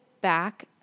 back